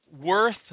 Worth